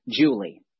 Julie